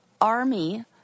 army